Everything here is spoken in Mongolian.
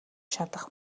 чадах